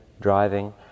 driving